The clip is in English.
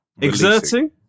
exerting